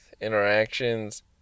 interactions